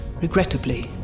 regrettably